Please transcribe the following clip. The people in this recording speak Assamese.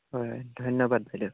হয় হয় ধন্যবাদ বাইদেউ